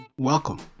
Welcome